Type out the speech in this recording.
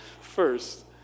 first